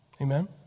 Amen